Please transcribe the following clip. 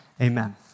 Amen